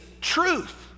truth